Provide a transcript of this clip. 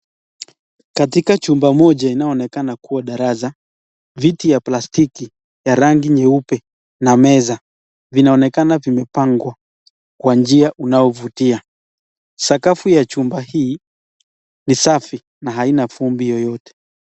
Katika chumba moja inayoonekana kuwa darasa viti ya plastiki ya rangi nyeupe na meza vinaonekana vimepangwa kwa njia unaovutia sakafu ya chumba hii ni safi na haina vumbi yoyote.